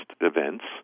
events